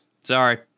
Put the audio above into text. Sorry